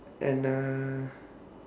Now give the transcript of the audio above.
and uh